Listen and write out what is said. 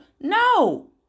No